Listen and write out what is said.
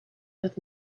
het